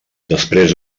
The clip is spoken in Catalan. després